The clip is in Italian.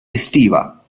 estiva